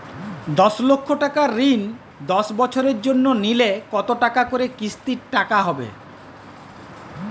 দশ লক্ষ টাকার ঋণ দশ বছরের জন্য নিলে কতো টাকা করে কিস্তির টাকা হবে?